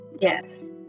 Yes